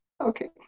Okay